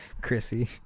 Chrissy